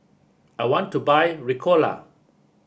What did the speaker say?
I want to buy Ricola